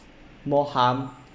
more harm